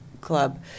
club